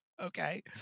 Okay